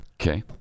Okay